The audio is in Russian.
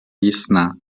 ясна